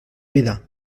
vida